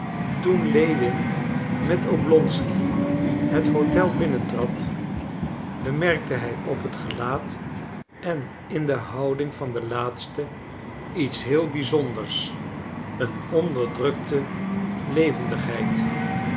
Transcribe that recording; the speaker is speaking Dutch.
toen lewin met oblonsky het hotel binnentrad bemerkte hij op het gelaat en in de houding van den laatste iets heel bizonders een onderdrukte